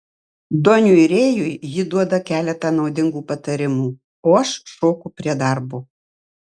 doniui rėjui ji duoda keletą naudingų patarimų o aš šoku prie darbo